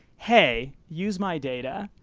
hey, use my data,